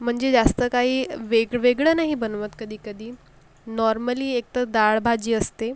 म्हणजे जास्त काही वेगवेगळं नाही बनवत कधी कधी नॉर्मली एक तर डाळभाजी असते